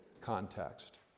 context